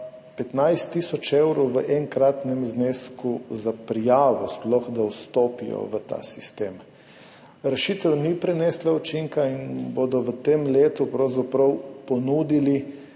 15 tisoč evrov v enkratnem znesku za prijavo, da sploh vstopijo v ta sistem. Rešitev ni prinesla učinka in bodo v tem letu ponudili